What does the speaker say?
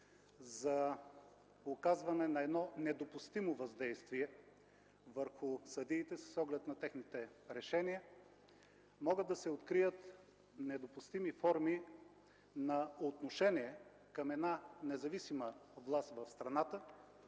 за оказване на едно недопустимо въздействие върху съдиите, с оглед на техните решения, могат да се открият недопустими форми на отношение към една независима власт в страната,